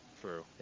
True